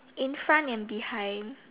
in front and behind